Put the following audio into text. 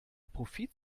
profit